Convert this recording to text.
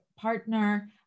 partner